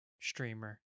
streamer